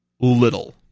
little